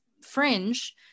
fringe